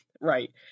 right